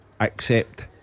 Accept